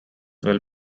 while